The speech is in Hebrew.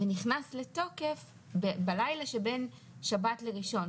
ונכנס לתוקף בלילה שבין שבת לראשון.